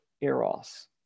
Eros